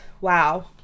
wow